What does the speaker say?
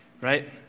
right